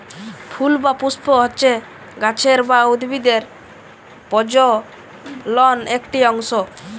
ফুল বা পুস্প হচ্যে গাছের বা উদ্ভিদের প্রজলন একটি অংশ